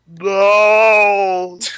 No